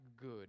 good